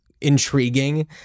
intriguing